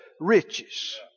riches